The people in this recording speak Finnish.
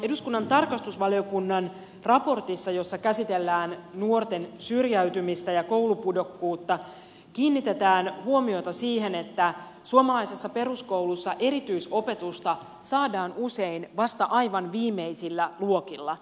eduskunnan tarkastusvaliokunnan raportissa jossa käsitellään nuorten syrjäytymistä ja koulupudokkuutta kiinnitetään huomiota siihen että suomalaisessa peruskoulussa erityisopetusta saadaan usein vasta aivan viimeisillä luokilla